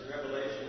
revelation